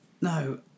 No